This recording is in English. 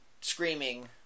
screaming